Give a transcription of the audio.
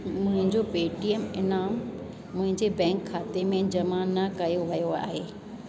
मुंहिंजो पेटीएम इनामु मुंहिंजे बैंक खाते में जमा न कयो वियो आहे